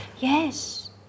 Yes